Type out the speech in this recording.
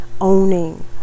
owning